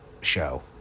show